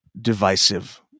divisive